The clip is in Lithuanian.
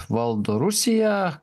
valdo rusiją